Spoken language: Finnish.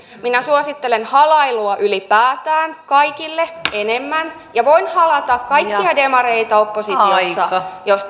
minä suosittelen halailua ylipäätään kaikille enemmän ja voin halata kaikkia demareita oppositiossa jos